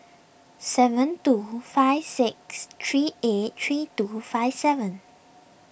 seven two five six three eight three two five seven